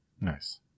Nice